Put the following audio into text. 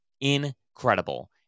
incredible